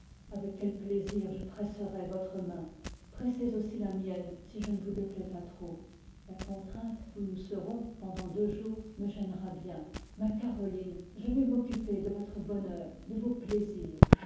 avec quel plaisir je presserai votre main pressez aussi la mienne si je ne vous déplais pas trop la contrainte où nous serons pendant deux jours me généra bien ma caroline je vais m'occuper de votre v bonheur de vos plaisirs